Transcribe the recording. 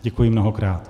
Děkuji mnohokrát.